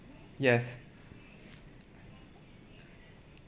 yes